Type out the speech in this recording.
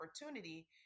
opportunity